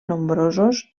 nombrosos